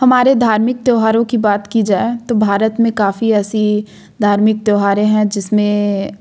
हमारे धार्मिक त्योहारों की बात की जाए तो भारत में काफ़ी ऐसी धार्मिक त्योहारें है जिसमें